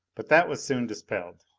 but that was soon dispelled!